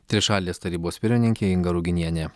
trišalės tarybos pirmininkė inga ruginienė